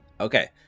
Okay